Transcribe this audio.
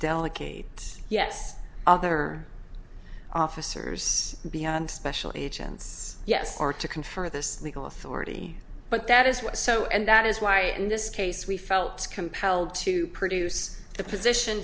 delegate yes other officers beyond special agents yes are to confer this legal authority but that is what so and that is why in this case we felt compelled to produce the position